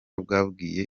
bwabwiye